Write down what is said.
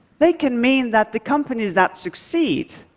they can mean that the companies that succeed,